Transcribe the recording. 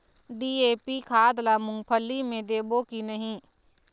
DAP खाद ला मुंगफली मे देबो की नहीं?